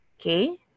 okay